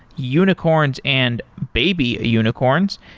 unicorns and baby unicorns,